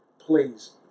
please